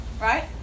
right